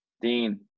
Dean